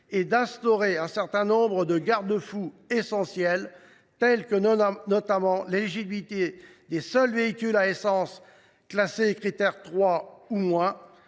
et d’instaurer un certain nombre de garde fous essentiels, tels que l’éligibilité des seuls véhicules à essence classés Crit’Air 3 ou moins,